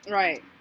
right